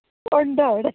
ഉണ്ടോ അവിടെ